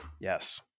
Yes